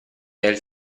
del